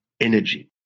energy